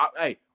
Hey